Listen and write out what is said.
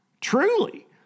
truly